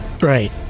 right